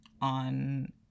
on